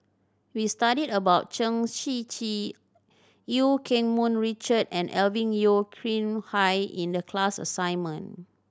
we studied about Chen Shiji Eu Keng Mun Richard and Alvin Yeo Khirn Hai in the class assignment